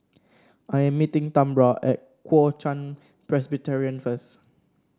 I'm meeting Tambra at Kuo Chuan Presbyterian first